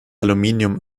aluminium